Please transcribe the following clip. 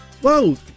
whoa